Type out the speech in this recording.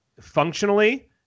functionally